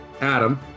Adam